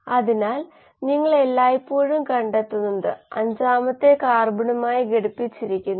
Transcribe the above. ഇത് പല സാഹചര്യങ്ങളിലും ശരിയായി വരും ചില സാഹചര്യത്തിൽ യോജിക്കില്ല അതായത് ബബിൾ കോളം വ്യവസ്ഥകളിൽ